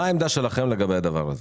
מה העמדה שלכם לגבי הדבר הזה?